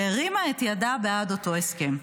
שהרימה את ידה בעד אותו הסכם.